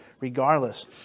regardless